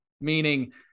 meaning